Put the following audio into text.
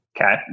Okay